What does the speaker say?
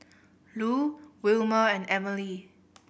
Lu Wilmer and Emely